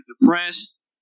depressed